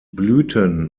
blüten